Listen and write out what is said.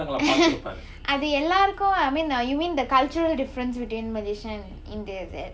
அது எல்லாருக்கும்:athu ellaarukkum you mean the cultural difference between malaysia and india is it